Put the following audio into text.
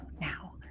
now